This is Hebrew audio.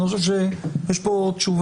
אני חושב שיש פה תשובה.